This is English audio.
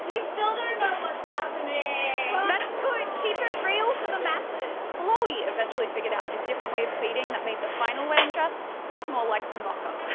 we still don't know what's happening. that's good, keep it real for the masses. chloe eventually figured out a different way of pleating that made the final wedding dress look more like the mock up.